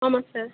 ஆமாம் சார்